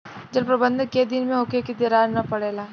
जल प्रबंधन केय दिन में होखे कि दरार न परेला?